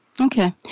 Okay